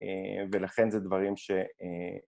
‫ולכן זה דברים ש...